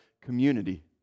community